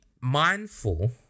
mindful